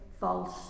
false